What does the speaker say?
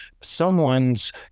someone's